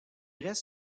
reste